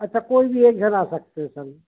अच्छा कोई भी एक जना आ सकते है सर